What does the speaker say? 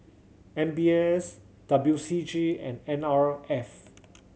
M B S W C G and N R F